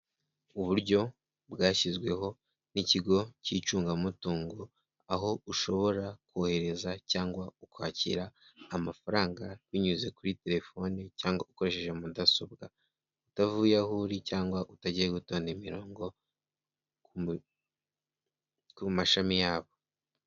Uburyo bwashyizweho n'ikigo cy'icungamutungo, aho ushobora kohereza cyangwa ukakira amafaranga, binyuze kuri telefoni cyangwa ukoresheje mudasobwa. Utavuye aho uri cyangwa utagiye gutonda umurongo ku mashami yabo.